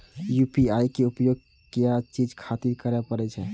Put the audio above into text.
UPI के उपयोग किया चीज खातिर करें परे छे?